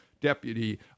deputy